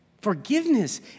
Forgiveness